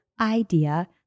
idea